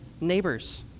neighbors